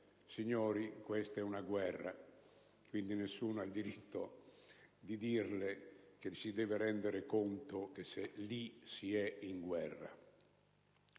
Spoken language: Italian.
in corso una guerra, e quindi nessuno ha il diritto di dirle che deve rendersi conto che lì si è in guerra.